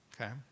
okay